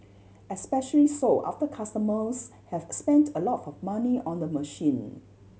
especially so after customers have spent a lot of money on the machine